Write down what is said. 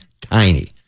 tiny